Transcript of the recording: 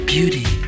Beauty